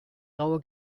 raue